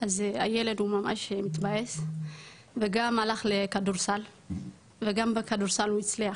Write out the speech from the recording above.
אז הילד הוא ממש התבאס וגם הלך לכדורסל וגם בכדורסל הוא הצליח,